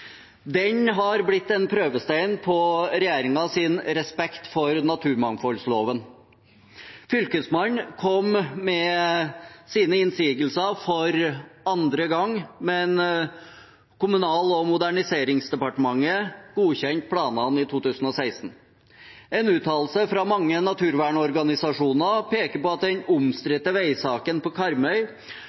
Den har blitt en prøvestein på regjeringens respekt for naturmangfoldloven. Fylkesmannen kom med sine innsigelser for andre gang, men Kommunal- og moderniseringsdepartementet godkjente planene i 2016. En uttalelse fra mange naturvernorganisasjoner peker på at den omstridte veisaken på Karmøy